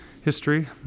history